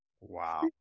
Wow